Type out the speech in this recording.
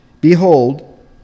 Behold